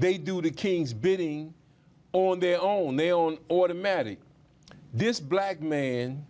they do the king's bidding on their own nail automatic this black man